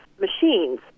machines